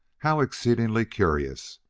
how exceedingly curious!